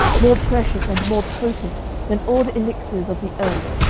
more precious and more potent than all the elixirs of the earth,